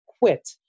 quit